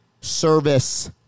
Service